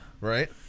Right